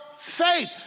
Faith